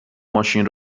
ماشین